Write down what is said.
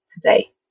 today